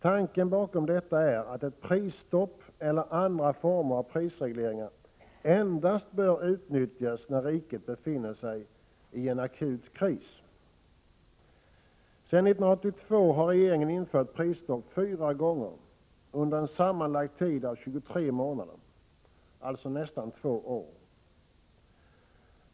Tanken bakom detta är att prisstopp eller andra former av prisregleringar endast bör utnyttjas när riket befinner sig i en akut kris. Sedan 1982 har regeringen infört prisstopp fyra gånger under en sammanlagd tid av 23 månader, alltså nästan två år.